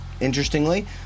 interestingly